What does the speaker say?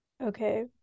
Okay